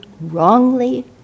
wrongly